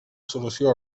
solució